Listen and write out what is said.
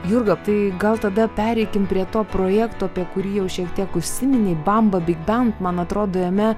jurga tai gal tada pereikim prie to projekto apie kurį jau šiek tiek užsiminei bamba big bam man atrodo jame